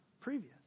previous